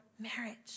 Marriage